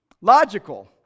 logical